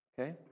okay